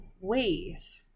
ways